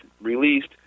released